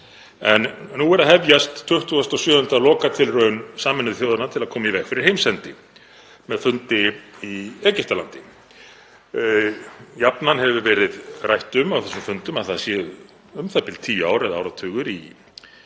En nú er að hefjast 27. lokatilraun Sameinuðu þjóðanna til að koma í veg fyrir heimsendi með fundi í Egyptalandi. Jafnan hefur verið rætt um á þessum fundum að það séu u.þ.b. tíu ár eða áratugur í